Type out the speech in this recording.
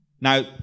Now